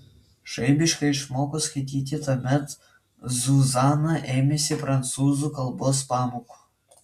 žaibiškai išmoko skaityti tuomet zuzana ėmėsi prancūzų kalbos pamokų